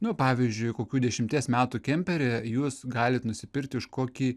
nu pavyzdžiui kokių dešimties metų kemperį jūs galit nusipirkti už kokį